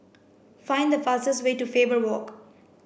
find the fastest way to Faber Walk